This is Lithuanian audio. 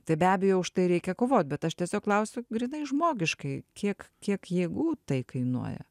tai be abejo už tai reikia kovot bet aš tiesiog klausiu grynai žmogiškai tiek kiek jėgų tai kainuoja